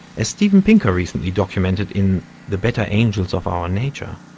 as steven pinker recently documented in the better angels of our nature,